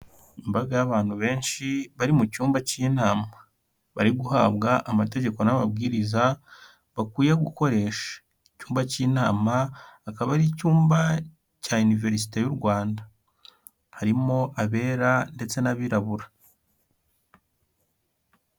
Imbaga y'abantu benshi bari mu cyumba cy'inama, bari guhabwa amategeko n'amabwiriza bakwiye gukoresha, icyumba cy'inama, akaba ari icyumba cya Iniverisite y'u Rwanda, harimo abera ndetse n'abirabura.